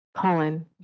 Colin